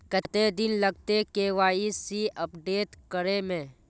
कते दिन लगते के.वाई.सी अपडेट करे में?